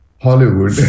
Hollywood